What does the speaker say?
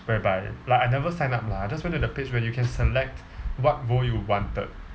whereby like I never sign up lah I just went to the page where you can select what role you wanted